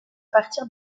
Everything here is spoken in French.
partir